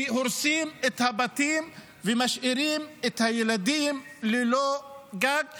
שהורסים את הבתים ומשאירים את הילדים ללא קורת גג.